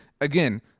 again-